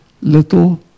Little